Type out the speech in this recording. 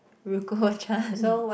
Ruco-Chan